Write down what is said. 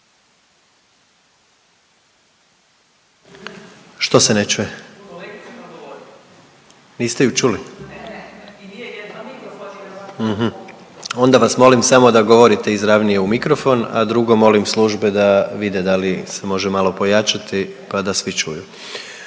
čuje se./… Niste ju čuli? Onda vas molim samo da govorite izravnije u mikrofon, a drugo molim službe da vide da li se može malo pojačati, pa da svi čuju.